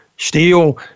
Steel